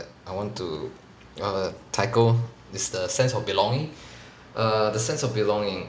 I want to err tackle is the sense of belonging err the sense of belonging